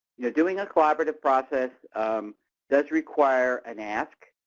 doing a collaborative process does require an ask.